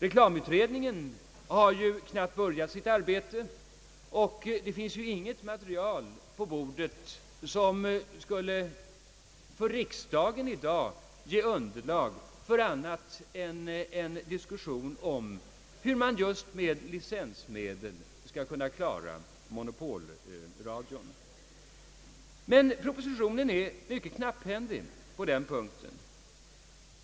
Reklamutredningen har ju knappast börjat sitt arbete, och det finns inget material på bordet som i dag skulle kunna ge riksdagen underlag för annat än en diskussion om hur man just med licensmedel skall kunna klara monopolradion. Men propositionen är mycket knapphändig t.o.m. på denna punkt.